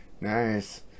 nice